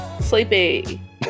Sleepy